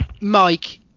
mike